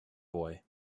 boy